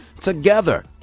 together